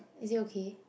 is it okay